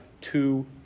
two